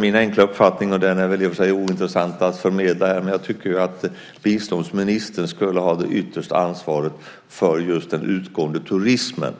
Min enkla uppfattning, vilken i och för sig väl är ointressant att förmedla här, är att biståndsministern skulle ha det yttersta ansvaret för just den utgående turismen